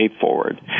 forward